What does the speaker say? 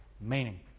meaning